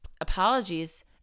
Apologies